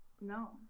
No